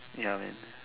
ya man